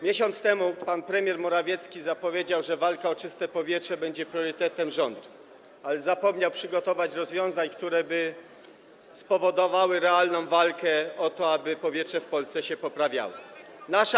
Miesiąc temu pan premier Morawiecki zapowiedział, że walka o czyste powietrze będzie priorytetem rządu, ale zapomniał przygotować rozwiązania, które spowodowałyby realną walkę o to, aby jakość powietrza w Polsce się poprawiała.